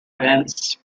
events